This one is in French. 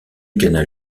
canal